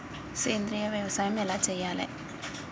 సేంద్రీయ వ్యవసాయం ఎలా చెయ్యాలే?